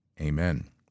Amen